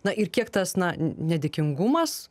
na ir kiek tas na nedėkingumas